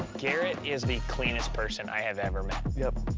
garrett is the cleanest person i have ever met. yep.